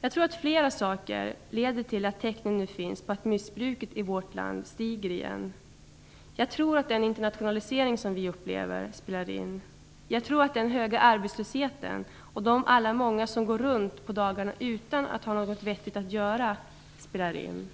Jag tror att flera saker leder till att tecknen nu finns på att missbruket i vårt land stiger igen. Jag tror att den internationalisering som vi upplever spelar in. Jag tror att den höga arbetslösheten och alla de många som går runt på dagarna utan att ha något vettigt att göra spelar in.